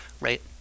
right